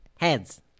Heads